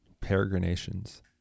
Peregrinations